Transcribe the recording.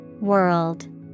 World